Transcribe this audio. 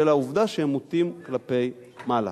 בשל העובדה שהם מוטים כלפי מעלה.